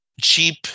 cheap